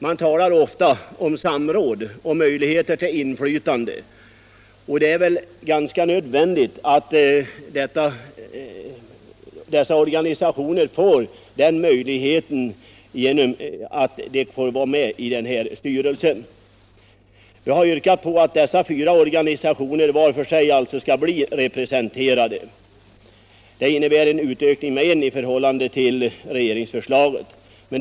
Man talar ofta om samråd och möjligheter till inflytande, och det är behövligt att dessa fyra organisationer får sådana möjligheter genom att de kommer med i styrelsen. Vi har alltså yrkat på att de fyra organisationerna var för sig skall bli representerade — det innebär en utökning med en representant i förhållande till regeringsförslaget.